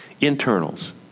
internals